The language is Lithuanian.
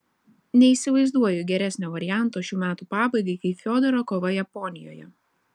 neįsivaizduoju geresnio varianto šių metų pabaigai kaip fiodoro kova japonijoje